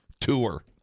tour